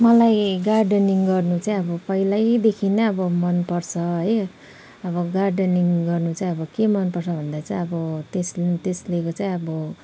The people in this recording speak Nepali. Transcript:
मलाई गार्डनिङ्ग गर्नु चाहिँ अब पहिल्यैदेखि नै अब मनपर्छ है अब गार्डनिङ्ग गर्नु चाहिँ अब के मनपर्छ भन्दा चाहिँ अब त्यसले त्यसले चाहिँ अब